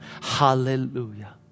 Hallelujah